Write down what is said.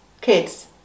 kids